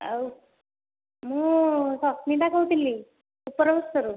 ଆଉ ମୁଁ ସସ୍ମିତା କହୁଥିଲି ଉପରବତ୍ସରୁ